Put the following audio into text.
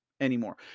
anymore